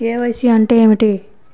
KYC అంటే ఏమిటి?